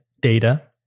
data